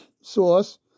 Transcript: source